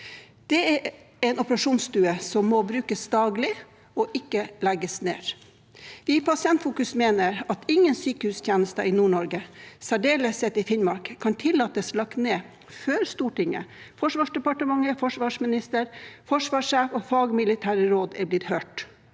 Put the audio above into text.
Det er en operasjonsstue som må brukes daglig og ikke legges ned. Vi i Pasientfokus mener at ingen sykehustjenester i Nord-Norge, i særdeleshet i Finnmark, kan tillates lagt ned før Stortinget, Forsvarsdepartementet, forsvarsminister, forsvarssjef og fagmilitære råd er blitt hørt.